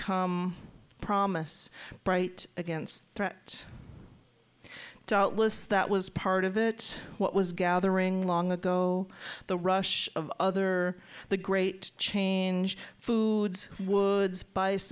come promise bright against threat doubtless that was part of it what was gathering long ago the rush of other the great change foods woods bi